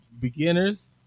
Beginners